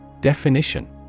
Definition